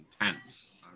intense